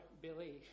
belief